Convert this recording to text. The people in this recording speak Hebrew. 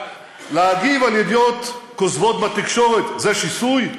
להגיב על ידיעות כוזבות בתקשורת זה שיסוי?